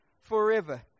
forever